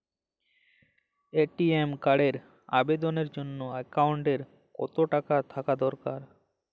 ATM কার্ডের আবেদনের জন্য অ্যাকাউন্টে কতো টাকা থাকা দরকার?